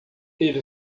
ele